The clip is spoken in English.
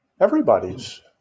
Everybody's